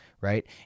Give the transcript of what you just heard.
right